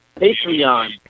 Patreon